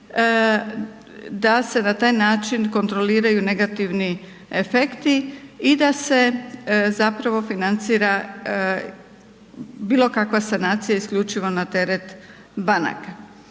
da se na taj način kontroliraju negativni efekti i da se zapravo financira bilo kakva sanacija, isključivo na teret banaka.